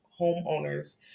homeowners